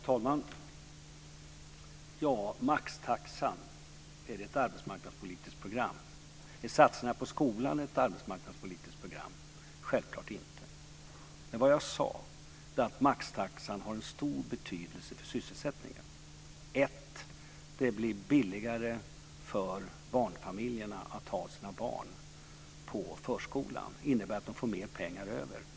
Herr talman! Är maxtaxan ett arbetsmarknadspolitiskt program? Är satsningar på skolan ett arbetsmarknadspolitiskt program? Självklart inte. Vad jag sade var att maxtaxan har stor betydelse för sysselsättningen. Det blir billigare för barnfamiljerna att ha sina barn på förskolan. Det innebär att de får mer pengar över.